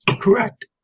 Correct